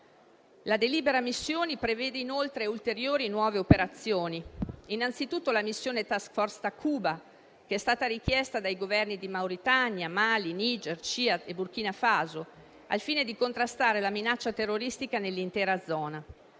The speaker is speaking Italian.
La delibera missioni prevede inoltre ulteriori nuove operazioni. Innanzitutto la missione *task force* Takuba, che è stata richiesta dai Governi di Mauritania, Mali, Niger, Ciad e Burkina Faso, al fine di contrastare la minaccia terroristica nell'intera zona.